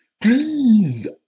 please